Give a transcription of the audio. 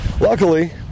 Luckily